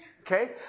Okay